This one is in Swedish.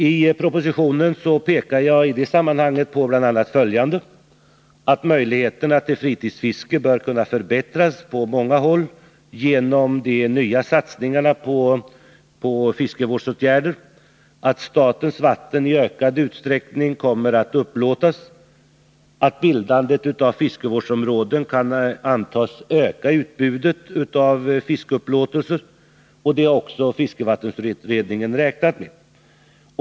I propositionen pekar jag i det sammanhanget på bl.a. följande: att möjligheterna till fritidsfiske bör kunna förbättras på många håll genom de nya satsningarna på fiskevårdsåtgärder, att statens vatten i ökad utsträckning kommer att upplåtas, att bildandet av fiskevårdsområden kan antas öka utbudet av fiskeupplåtelser, och det har också fiskevattenutredningen räknat med.